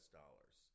dollars